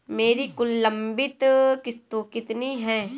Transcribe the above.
मेरी कुल लंबित किश्तों कितनी हैं?